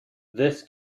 this